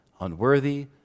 unworthy